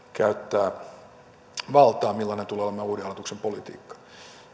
käyttää valtaa ja millainen tulee olemaan uuden hallituksen politiikka